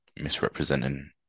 misrepresenting